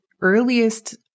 earliest